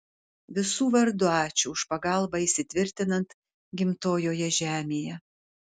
visų vardu ačiū už pagalbą įsitvirtinant gimtojoje žemėje